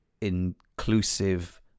inclusive